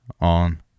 on